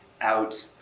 out